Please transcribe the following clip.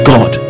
God